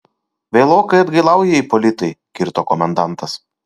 vėlokai atgailauji ipolitai kirto komendantas